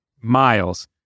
miles